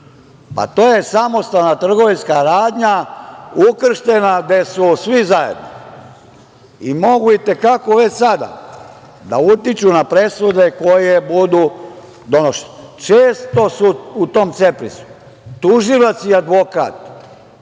a to je samostalna trgovinska radnja, ukrštena, gde su svi zajedno. I mogu i te kako, već sada, da utiču na presude koje budu donošene. Često su u tom CEPRIS-u tužilac i advokat